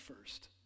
first